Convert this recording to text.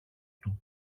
του